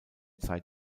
zeit